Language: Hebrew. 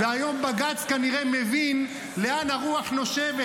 והיום בג"ץ כנראה מבין לאן הרוח נושבת.